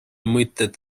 mõtet